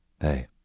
Hey